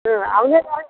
ம் அவங்க க